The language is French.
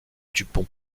dupont